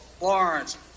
Lawrence